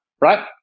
right